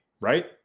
right